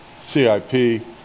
CIP